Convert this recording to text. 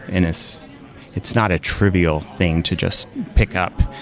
and it's it's not a trivial thing to just pick up.